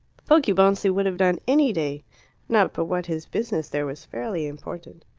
poggibonsi would have done any day not but what his business there was fairly important.